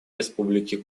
республики